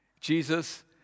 Jesus